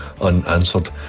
unanswered